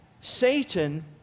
Satan